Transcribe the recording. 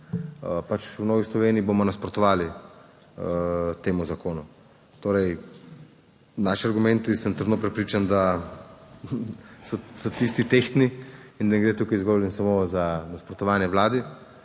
v Novi Sloveniji bomo nasprotovali temu zakonu. Torej naši argumenti, sem trdno prepričan, da so tisti tehtni in da ne gre tukaj zgolj in samo za nasprotovanje vladi